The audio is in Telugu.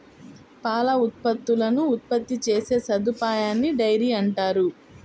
పాల ఉత్పత్తులను ఉత్పత్తి చేసే సదుపాయాన్నిడైరీ అంటారు